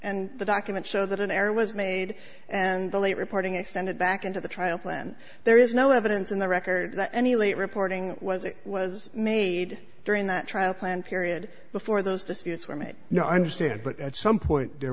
and the documents show that an error was made and the late reporting extended back into the trial plan there is no evidence in the record that any late reporting was it was made during that trial plan period before those disputes were made no i understand but at some point there